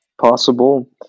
Possible